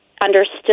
understood